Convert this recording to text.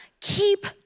keep